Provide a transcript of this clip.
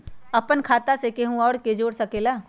अपन खाता मे केहु आर के जोड़ सके ला?